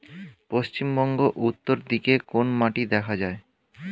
পশ্চিমবঙ্গ উত্তর দিকে কোন মাটি দেখা যায়?